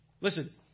Listen